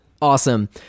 Awesome